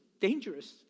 dangerous